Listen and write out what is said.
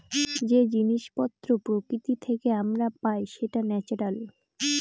যে জিনিস পত্র প্রকৃতি থেকে আমরা পাই সেটা ন্যাচারাল